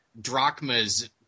Drachma's